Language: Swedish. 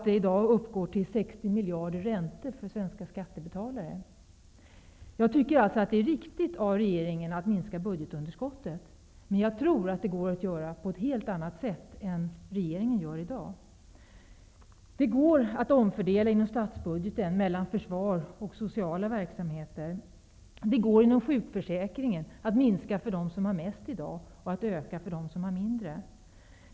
Räntorna uppgår i dag till 60 miljarder för svenska skattebetalare. Jag tycker alltså att det är riktigt av regeringen att minska budgetunderskottet. Men jag tror att det går att göra det på ett helt annat sätt än regeringen gör i dag. Det går att omfördela inom statsbudgeten mellan försvar och sociala verksamheter. Det går att inom sjukförsäkringen minska för dem som har mest i dag och att öka för dem som har mindre.